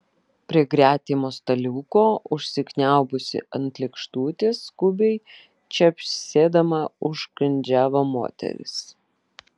prie gretimo staliuko užsikniaubusi ant lėkštutės skubiai čepsėdama užkandžiavo moteris